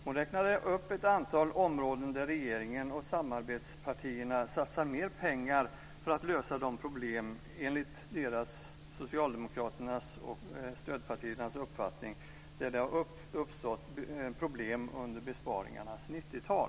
Hon räknade upp ett antal områden där regeringen och samarbetspartierna satsar mer pengar för att lösa de problem där det enligt Socialdemokraternas och stödpartiernas uppfattning har uppstått problem under besparingarnas 90-tal.